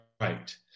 right